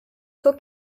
zur